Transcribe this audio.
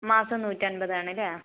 മാസം നൂറ്റി അൻപതാണല്ലേ